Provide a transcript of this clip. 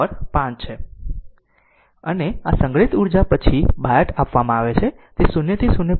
અને સંગ્રહિત ઊર્જા પછી બાયટ આપવામાં આવે છે તે 0 થી 0